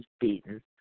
beaten